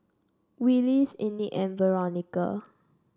Willis Enid and Veronica